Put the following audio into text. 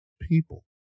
people